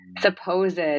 supposed